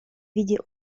виде